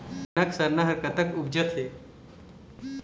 कनक सरना हर कतक उपजथे?